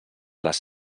les